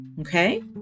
Okay